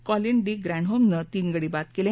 Colin de ग्रॅंडहोमनं तीन गडी बाद केले